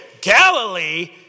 Galilee